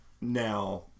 now